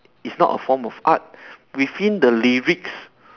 is not a form of art within the lyrics